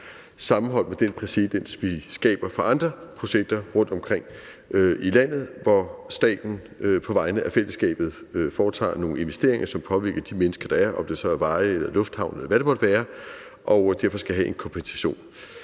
sammenholdt med den præcedens, vi skaber for andre projekter rundtomkring i landet, hvor staten på vegne af fællesskabet foretager nogle investeringer, som påvirker de mennesker, der er – om det så er veje, lufthavne, eller hvad det måtte være – og de derfor skal have en kompensation.